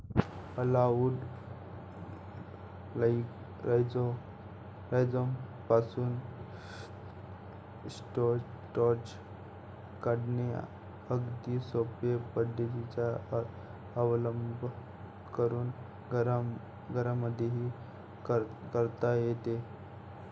arrowroot राईझोमपासून starch काढणे अगदी सोप्या पद्धतीचा अवलंब करून घरांमध्येही करता येते